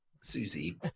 Susie